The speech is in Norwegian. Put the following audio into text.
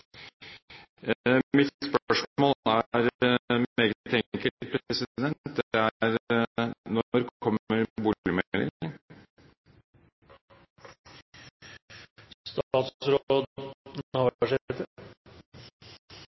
Mitt spørsmål er meget enkelt. Det er: Når kommer